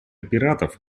пиратов